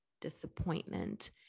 disappointment